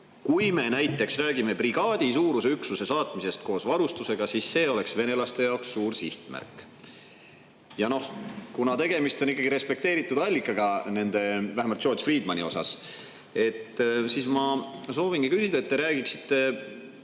kui me näiteks räägime brigaadisuuruse üksuse saatmisest koos varustusega, siis see oleks venelaste jaoks suur sihtmärk. Kuna tegemist on ikkagi respekteeritud allikaga, vähemalt George Friedmani osas, siis ma soovingi, et te räägiksite